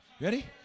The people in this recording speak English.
Ready